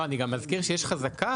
אני גם אזכיר שיש חזקה.